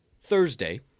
Thursday